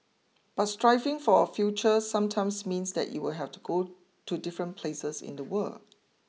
but striving for a future sometimes means that you will have to go to different places in the world